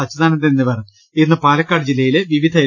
അച്യുതാനന്ദൻ എന്നിവർ ഇന്ന് പാലക്കാട് ജില്ലയിലെ വിവിധ എൽ